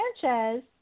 Sanchez